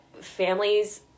Families